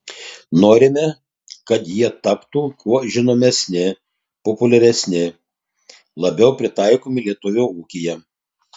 norime kad jie taptų kuo žinomesni populiaresni labiau pritaikomi lietuvio ūkyje